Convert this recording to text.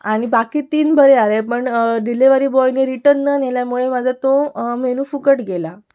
आणि बाकी तीन बरे आले पण डिलेवरी बॉयने रिटन न नेल्यामुळे माझा तो मेनू फुकट गेला